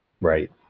Right